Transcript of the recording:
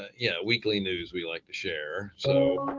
yeah weekly news we like to share so.